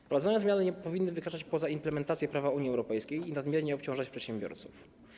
Wprowadzone zmiany nie powinny wykraczać poza implementację prawa Unii Europejskiej i nadmiernie obciążać przedsiębiorców.